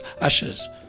ashes